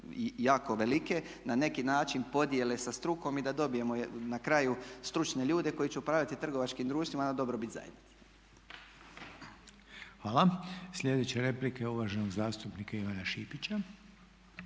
jako velike na neki način podijele sa strukom i da dobijemo na kraju stručne ljudi koji će upravljati trgovačkim društvima na dobrobit zajednice. **Reiner, Željko (HDZ)** Hvala. Sljedeća replika je uvaženog zastupnika Ivana Šipića.